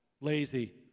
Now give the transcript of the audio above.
lazy